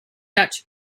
dutch